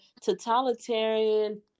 totalitarian